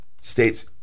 states